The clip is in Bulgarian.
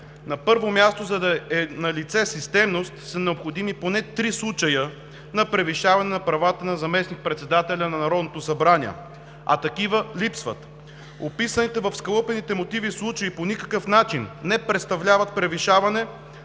На първо място, за да е налице системност, са необходими поне три случая на превишаване на правата на заместник-председателя на Народното събрание, а такива липсват. Описаните в скалъпените мотиви случаи по никакъв начин не представляват превишаване